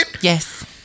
Yes